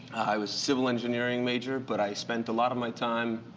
i was civil engineering major, but i spent a lot of my time